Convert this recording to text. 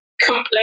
complain